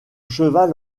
cheval